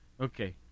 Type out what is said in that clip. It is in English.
okay